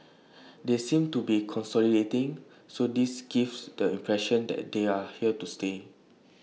they seem to be consolidating so this gives the impression that they are here to stay